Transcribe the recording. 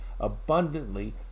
abundantly